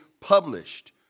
published